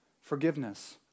Forgiveness